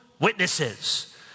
witnesses